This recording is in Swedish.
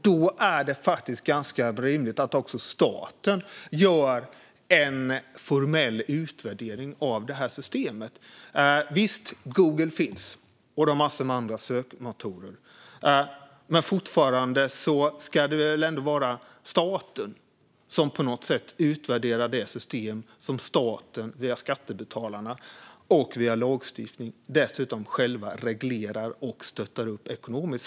Då är det rimligt att staten gör en formell utvärdering av systemet. Visst finns Google och en massa andra sökmotorer, men fortfarande ska det väl ändå vara staten som utvärderar det system som staten via skattebetalarna och lagstiftningen själv reglerar och stöttar ekonomiskt.